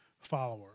follower